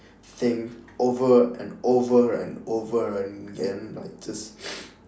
thing over and over and over again like just